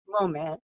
moment